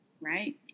right